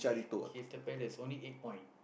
Crystal Crystal-Palace only eight point